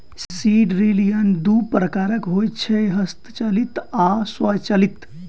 seed drill यंत्र दू प्रकारक होइत छै, हस्तचालित आ स्वचालित